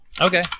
Okay